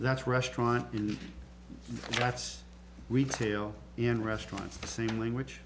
that's restaurant that's retail in restaurants same language